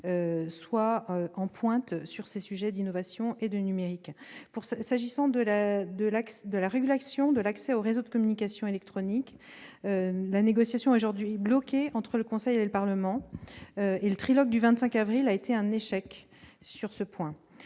soit en pointe en matière d'innovation et de numérique. S'agissant de la régulation de l'accès aux réseaux de communications électroniques, la négociation est aujourd'hui bloquée entre le Conseil et le Parlement. Le trilogue du 25 avril dernier a été un échec sur ce point.